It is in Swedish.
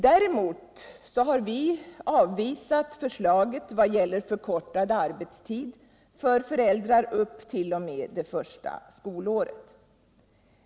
Däremot har vi avvisat förslaget vad gäller förkortad arbetstid för föräldrar t.o.m. barnets första skolår.